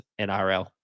nrl